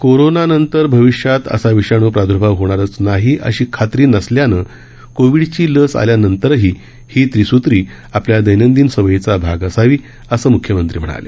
corona विषाणूनंतर भविष्यात असा विषाणू प्रादर्भाव होणारच नाही अशी खात्री नसल्यानं कोवि ची लस आल्यानंतरही ही त्रिसूत्री आपल्या दैनंदिन सवयींचा भाग असावी असं म्ख्यमंत्री म्हणाले